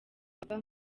ava